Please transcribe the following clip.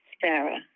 Sarah